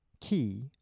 key